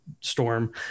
storm